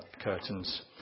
curtains